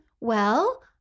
well-